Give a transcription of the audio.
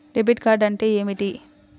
Debit card అంటే ఏమిటి?